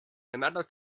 another